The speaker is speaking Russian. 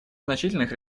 значительных